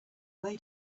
way